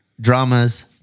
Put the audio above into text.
dramas